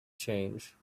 change